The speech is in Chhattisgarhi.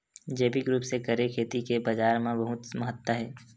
जैविक रूप से करे खेती के बाजार मा बहुत महत्ता हे